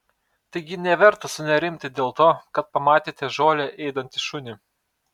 taigi neverta sunerimti dėl to kad pamatėte žolę ėdantį šunį